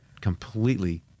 completely